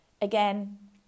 Again